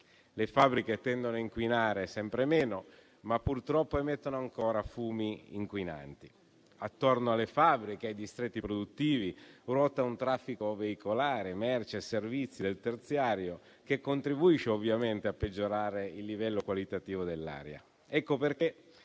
Le fabbriche tendono a inquinare sempre meno, ma purtroppo emettono ancora fumi inquinanti. Attorno alle fabbriche e ai distretti produttivi ruota un traffico veicolare di merci e servizi del terziario, che contribuisce ovviamente a peggiorare il livello qualitativo dell'aria.